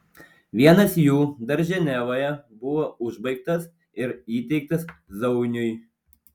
vienas jų dar ženevoje buvo užbaigtas ir įteiktas zauniui